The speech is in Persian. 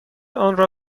آنرا